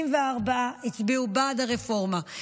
64 הצביעו בעד הרפורמה.